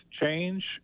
change